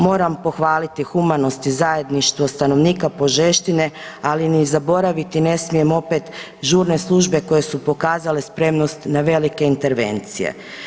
Moram pohvaliti humanost i zajedništvo stanovnika Požeštine, ali ni zaboraviti ne smijem opet žurne službe koje su pokazale spremnost na velike intervencije.